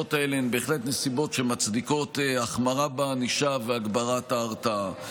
שהנסיבות האלה הן בהחלט נסיבות שמצדיקות החמרה בענישה והגברת ההרתעה.